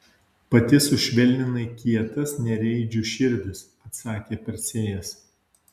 pati sušvelninai kietas nereidžių širdis atsakė persėjas